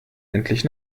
endlich